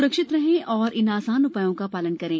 स्रक्षित रहें और इन आसान उपायों का पालन करें